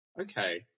okay